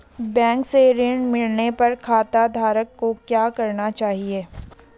Bank से ऋण मिलने पर खाताधारक को क्या करना चाहिए?